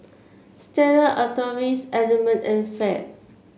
Stella Artois Element and Fab